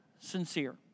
sincere